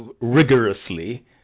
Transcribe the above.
rigorously